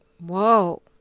Whoa